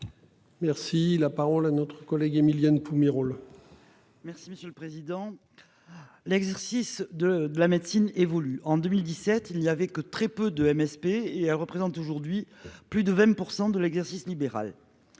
Merci la parole à notre collègue Émilienne Pumerole. Merci monsieur le président. L'exercice de la médecine évolue en 2017 il n'y avait que très peu de MSP, et elle représente aujourd'hui plus de 20 pour % de l'exercice libéral.